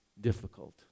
difficult